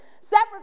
separate